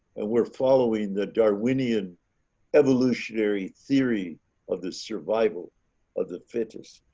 and were following the darwinian evolutionary theory of the survival of the fittest.